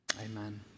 amen